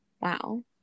wow